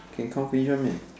can confident meh